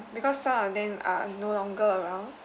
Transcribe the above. because some of them are no longer around